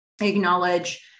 acknowledge